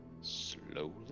slowly